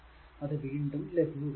അത് വീണ്ടും ലഘൂകരിച്ചു